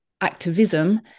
activism